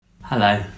Hello